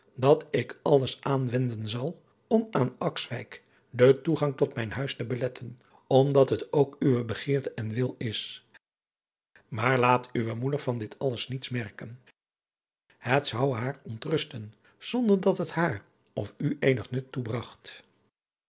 dat ik alles aanwenden zal om aan akswijk den toegang tot mijn huis te beletten omdat het ook uwe begeerte en wil is maar laat uwe moeder van dit alles niets merken het zou haar ontrusten zonder dat het haar of u eenig